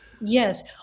Yes